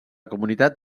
comunitat